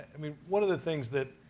i mean, one of the things that